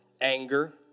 Anger